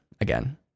again